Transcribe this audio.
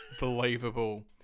Believable